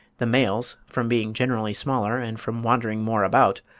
the males, from being generally smaller and from wandering more about,